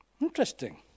Interesting